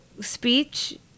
speech